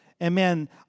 Amen